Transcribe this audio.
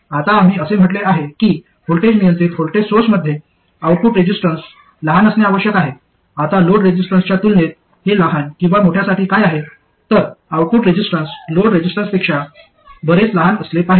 आता आम्ही असे म्हटले आहे की व्होल्टेज नियंत्रित व्होल्टेज सोर्समध्ये आउटपुट रेझिस्टन्स लहान असणे आवश्यक आहे आता लोड रेझिस्टन्सच्या तुलनेत हे लहान किंवा मोठ्यासाठी काय आहे तर आउटपुट रेझिस्टन्स लोड रेझिस्टन्सपेक्षा बरेच लहान असले पाहिजे